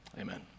Amen